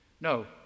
No